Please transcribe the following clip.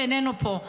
שאיננו פה,